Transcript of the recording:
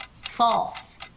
False